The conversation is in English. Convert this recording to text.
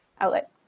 outlet